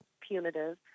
punitive